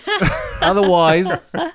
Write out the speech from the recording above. otherwise